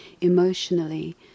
emotionally